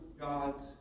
God's